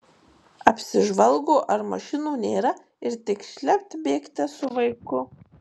apsižvalgo ar mašinų nėra ir tik šlept bėgte su vaiku